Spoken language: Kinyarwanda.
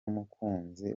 umukunzi